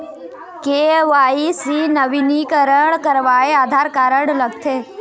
KYC नवीनीकरण करवाये Aadhaar card लगथे?